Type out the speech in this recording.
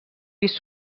pis